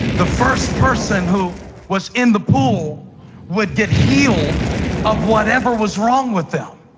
the first person who was in the pool would get healed of whatever was wrong with them,